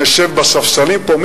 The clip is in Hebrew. נשב בספסלים פה.